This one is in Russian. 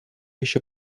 еще